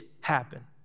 happen